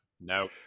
no